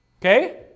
Okay